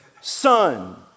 son